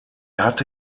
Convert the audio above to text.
hatte